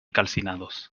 calcinados